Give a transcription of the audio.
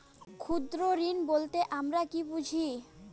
ক্ষুদ্র ঋণ বলতে আমরা কি বুঝি?